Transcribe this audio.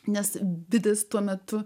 nes didis tuo metu